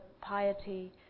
piety